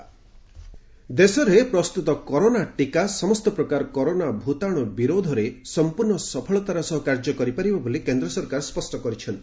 corona vaccine ଦେଶରେ ପ୍ରସ୍ତୁତ corona ଟୀକା ସମସ୍ତ ପ୍ରକାର କରୋନା ଭୂତାଣୁ ବିରୋଧରେ ସମ୍ପର୍ଭ ସଫଳତାର ସହ କାର୍ଯ୍ୟ କରିପାରିବ ବୋଲି କେନ୍ଦ୍ର ସରକାର ସ୍ୱଷ୍ଟ କରିଛନ୍ତି